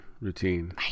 routine